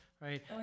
Right